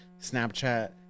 Snapchat